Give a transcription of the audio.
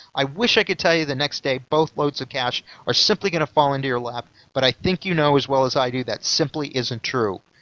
i wish i could tell you that the next day boatloads of cash are simply going to fall into your lap, but i think you know as well as i do that simply isn't true.